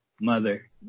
mother